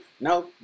no